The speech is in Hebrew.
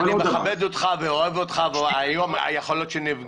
אני אוהב אותך ומכבד אותך ויכול להיות שהיום גם ניפגש,